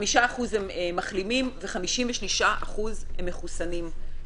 5% הם מחלימים, ו-56% מחוסנים.